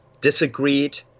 disagreed